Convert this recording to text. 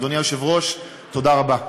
אדוני היושב-ראש, תודה רבה.